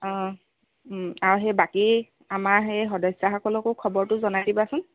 অঁ আৰু সেই বাকী আমাৰ সেই সদস্যাসকলকো খবৰটো জনাই দিবাচোন